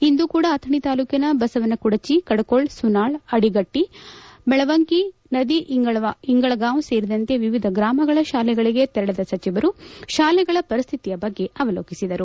ಇಂದು ಕೂಡ ಅಥಣಿ ತಾಲೂಕಿನ ಬಸವನಕುಡಚಿ ಕಡಕೋಳ ಸುನಾಳ ಅಡಿಗಟ್ಟ ಮೆಳವಂಕಿ ನದಿಇಂಗಳಗಾವ ಸೇರಿದಂತೆ ವಿವಿಧ ಗ್ರಾಮಗಳ ಶಾಲೆಗಳಿಗೆ ತೆರಳಿದ ಸಚಿವರು ಶಾಲೆಗಳ ಪರಿಸ್ಥಿತಿಯ ಬಗ್ಗೆ ಅವಲೋಕಿಸಿದರು